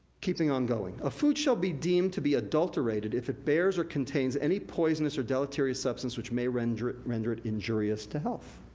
keeping on going. a food shall be deemed to be adulterated if it bears or contains any poisonous or deleterious substance which may render it render it injurious to health.